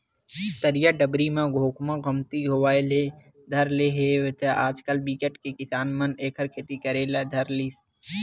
तरिया डबरी म खोखमा कमती होय ले धर ले हे त आजकल बिकट के किसान मन एखर खेती करे ले धर लिस